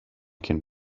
can